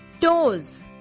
Toes